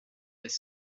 des